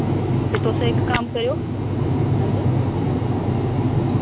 ते तुस इक कम्म करेओ हां जी